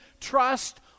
trust